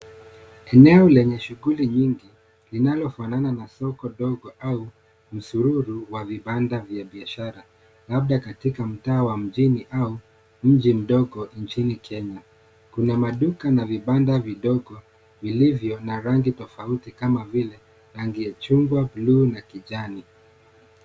Eneo lenye shughuli nyingi linalofanana na soko dogo au msururu wa vibanda vya biashara labda katika mtaa wa mjini au mji mdogo nchini Kenya. Kuna maduka na vibanda vidogo vilivyo na rangi tofauti kama vile rangi ya chungwa, bluu na kijani.